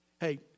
Hey